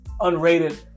unrated